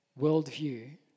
worldview